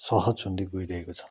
सहज हुँदै गइरहेको छ